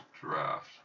draft